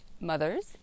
mothers